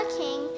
king